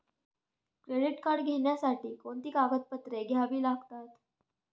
Credit card घेण्यासाठी कोणती कागदपत्रे घ्यावी लागतात?